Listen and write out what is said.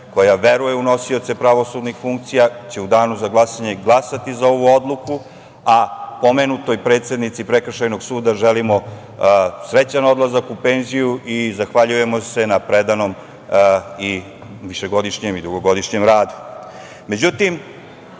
koja veruje u nosioce pravosudnih funkcija će u danu za glasanja glasati za ovu odluku, a pomenutoj predsednici Prekršajnog suda želimo srećan odlazak u penziju i zahvaljujemo se na predanom i višegodišnjem i dugogodišnjem